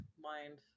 mind